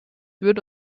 wird